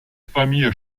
famille